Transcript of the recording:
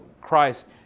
Christ